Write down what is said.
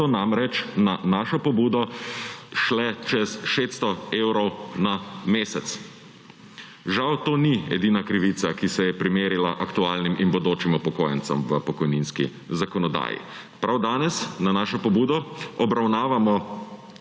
so namreč na našo pobudo šle čez 600 evrov na mesec. Žal to ni edina krivica, ki se je primerila aktualnim in bodočim upokojencem v pokojninski zakonodaji. Prav danes na našo pobudo obravnavamo